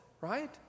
right